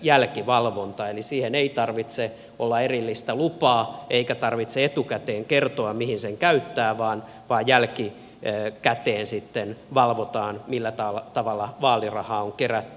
eli keräämiseen ei tarvitse olla erillistä lupaa eikä tarvitse etukäteen kertoa mihin sen käyttää vaan jälkikäteen valvotaan millä tavalla vaalirahaa on kerätty